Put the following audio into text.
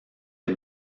des